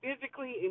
physically